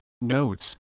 notes